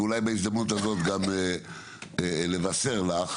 ואולי בהזדמנות הזאת גם לבשר לך,